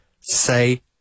say